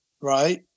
right